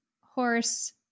Horse